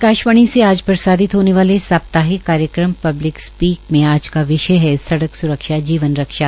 आकाशवाणी से आज प्रसारित होने वाले साप्ताहिक कार्यक्रम पब्लिक स्पीक मे आज का विषय है सड़क स्रक्षा जीवन रक्षा